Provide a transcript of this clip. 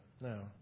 No